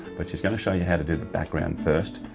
but she's going to show you how to do the background first,